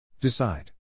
Decide